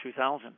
2000